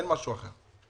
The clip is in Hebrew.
אין משהו אחר.